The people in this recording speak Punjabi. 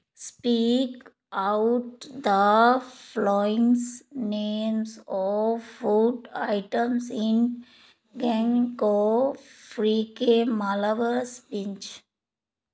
speak out the followings names of food items in ਗੈਕੋਫ ਫ੍ਰੀਕੇ ਮਾਲਾਵਰਸ ਪਿੰਚ